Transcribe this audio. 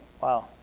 wow